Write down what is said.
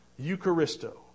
Eucharisto